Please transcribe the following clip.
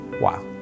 Wow